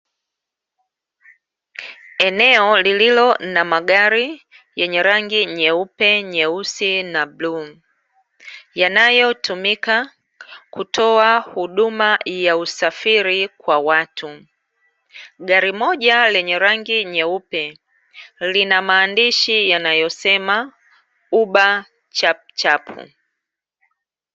Eneo lililo na magari yenye rangi nyeupe, nyeusi na bluu. Yanayotumika kutoa huduma ya usafiri kwa watu. Gari moja lenye rangi nyeupe, lina maandishi yanayosema ''uba chapchap''